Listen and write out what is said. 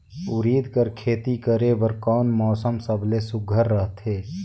उरीद कर खेती करे बर कोन मौसम सबले सुघ्घर रहथे?